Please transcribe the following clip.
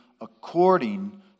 according